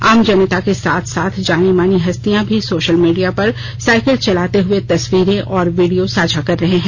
आम जनता के साथ साथ जानी मानी हस्तियां भी सोशल मीडिया पर साइकिल चलाते हुए तस्वीारें और वीडियों साझा कर रहे हैं